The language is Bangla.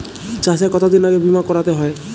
চাষে কতদিন আগে বিমা করাতে হয়?